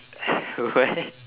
what